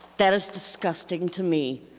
that is disgusting to me.